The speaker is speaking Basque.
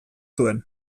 zuen